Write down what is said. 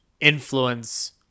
influence